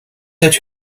that